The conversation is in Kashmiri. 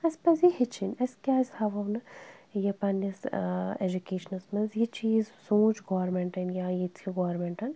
اسہِ پَزِ یہِ ہیٚچھِنۍ أسۍ کیٛازِ ہاوو نہٕ یہِ پننِس ٲں ایٚجوکیشنَس منٛز یہِ چیٖز سونٛچ گورمِنٹَن یا ییِٚتکہِ گورمِنٹَن